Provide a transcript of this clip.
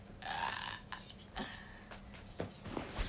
ah